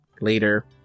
Later